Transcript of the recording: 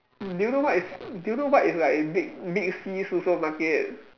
do you know what is do you know what is like big big C supermarket